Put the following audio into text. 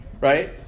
Right